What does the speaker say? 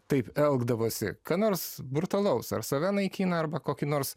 taip elgdavosi ką nors brutalaus ar save naikina arba kokį nors